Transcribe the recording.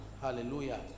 Hallelujah